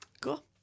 cool